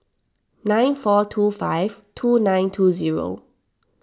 nine four two five two nine two zero